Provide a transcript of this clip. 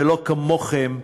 ולא כמוכם,